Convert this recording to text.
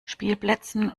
spielplätzen